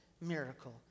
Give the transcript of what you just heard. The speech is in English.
miracle